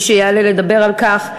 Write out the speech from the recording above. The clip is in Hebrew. מס' 365. מי שיעלה לדבר על כך,